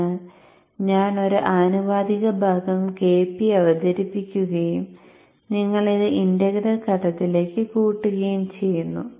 അതിനാൽ ഞാൻ ഒരു ആനുപാതിക ഭാഗം Kp അവതരിപ്പിക്കുകയും നിങ്ങൾ അത് ഇന്റഗ്രൽ ഘടകത്തിലേക്ക് കൂട്ടുകയും ചെയ്യുന്നു